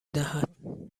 دهد